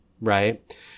right